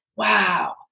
wow